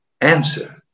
answer